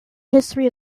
history